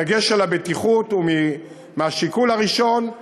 הדגש על הבטיחות הוא השיקול הראשון,